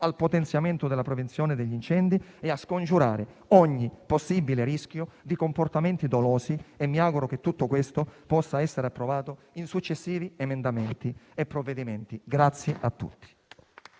al potenziamento della prevenzione degli incendi e a scongiurare ogni possibile rischio di comportamenti dolosi. Mi auguro che tutto questo possa essere approvato in successivi emendamenti e provvedimenti.